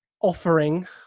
offering